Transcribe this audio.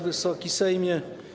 Wysoki Sejmie!